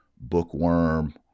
bookworm